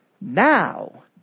Now